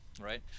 right